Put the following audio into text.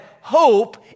hope